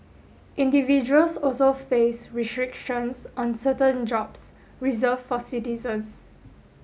individuals also face restrictions on certain jobs reserved for citizens